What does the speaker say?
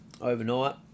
overnight